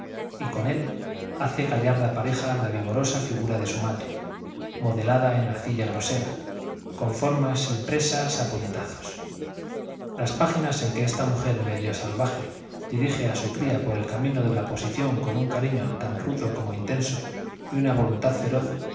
y con él hace gallarda pareja la vigorosa figura de su madre modelada en arcilla grosera con formas impresas a puñetazos las páginas en que esta mujer medio salvaje dirige a su cría por el camino de la posición con un cariño tan rudo como intenso y una voluntad feroz